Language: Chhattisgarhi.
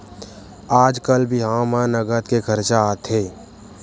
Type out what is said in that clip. आजकाल बिहाव म नँगत के खरचा आथे